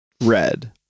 Red